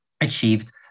achieved